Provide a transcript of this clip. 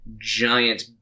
giant